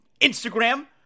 Instagram